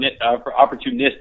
opportunistic